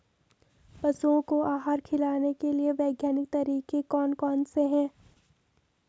पशुओं को आहार खिलाने के लिए वैज्ञानिक तरीके कौन कौन से हैं?